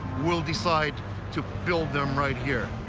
will decide to build them right here.